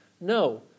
No